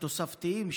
התוספתיים,